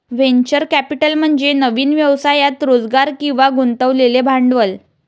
venture capital म्हणजे नवीन व्यवसायात रोजगार किंवा गुंतवलेले भांडवल